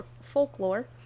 folklore